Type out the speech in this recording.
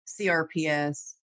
CRPS